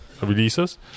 releases